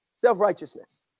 Self-righteousness